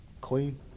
clean